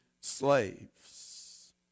slaves